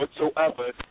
whatsoever